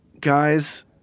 guys